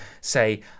say